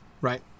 right